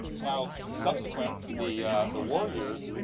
now subsequent, the the war years,